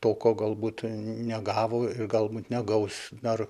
to ko galbūt negavo ir galbūt negaus dar